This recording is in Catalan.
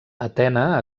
atena